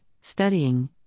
studying